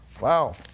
Wow